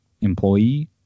employee